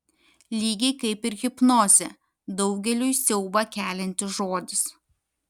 lygiai kaip ir hipnozė daugeliui siaubą keliantis žodis